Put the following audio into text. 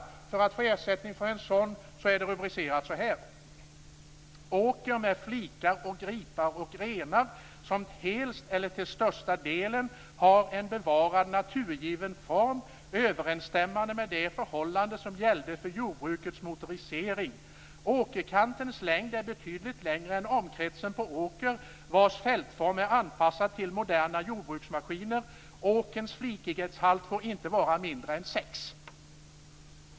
I fråga om att få ersättning för en sådan står det så här: "Åker med flikar och gipar och renar som helt eller till största delen har en bevarad naturgiven form överensstämmande med det förhållande som gällde före jordbrukets motorisering. Åkerkantens längd är betydligt längre än omkretsen på åker vars fältform är anpassad till moderna jordbruksmaskiner. Åkerns flikighetshalt får inte vara mindre än 6."